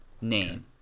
name